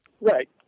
right